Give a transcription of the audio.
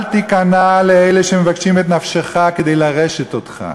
אל תיכנע לאלה שמבקשים את נפשך כדי לרשת אותך.